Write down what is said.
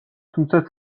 თუმცა